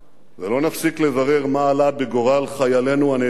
ולא נפסיק לברר מה עלה בגורל חיילינו הנעדרים.